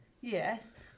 Yes